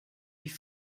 wie